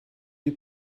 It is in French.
lui